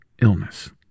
illness